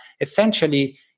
essentially